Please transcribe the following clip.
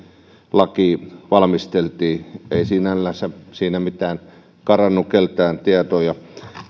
lakia valmisteltiin ei sinällänsä siinä karannut keltään mitään tietoja